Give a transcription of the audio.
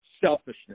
selfishness